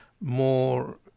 more